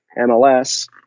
MLS